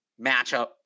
matchup